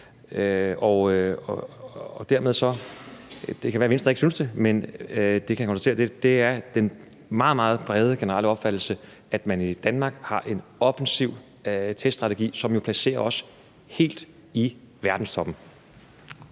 Og dermed, og det kan være, Venstre ikke synes det, kan jeg konstatere, at det er den meget, meget brede, generelle opfattelse, at man i Danmark har en offensiv teststrategi, som jo placerer os helt i verdenstoppen.